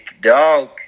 Dog